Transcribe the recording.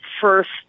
first